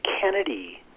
kennedy